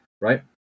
right